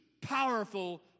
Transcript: powerful